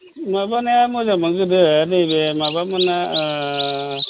माबाना मोजांमोन गोदो नैबे माबा मोनना